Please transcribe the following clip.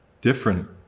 different